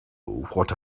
what